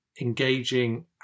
engaging